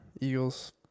Eagles